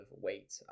weight